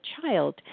child